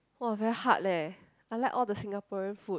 !wah! very hard leh I like all the Singaporean food